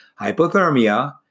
hypothermia